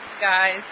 guys